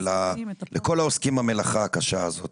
ולא רק במה שנכנס בסופו של יום למשכורת